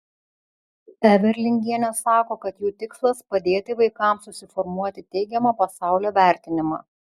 everlingienė sako kad jų tikslas padėti vaikams susiformuoti teigiamą pasaulio vertinimą